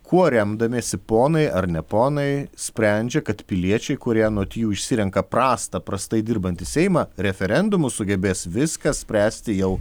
kuo remdamiesi ponai ar ne ponai sprendžia kad piliečiai kurie anot jų išsirenka prastą prastai dirbantį seimą referendumu sugebės viską spręsti jau